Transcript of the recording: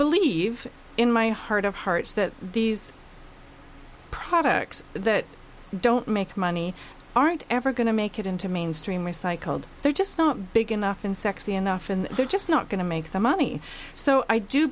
believe in my heart of hearts that these products that don't make money aren't ever going to make it into mainstream recycled they're just not big enough and sexy enough and they're just not going to make the money so i do